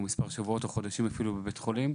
שבועות או חודשים בבית החולים.